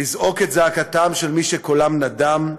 לזעוק את זעקתם של מי שקולם נדם.